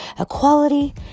equality